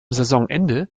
saisonende